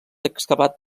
excavat